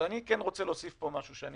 אבל אני כן רוצה להוסיף פה משהו שאני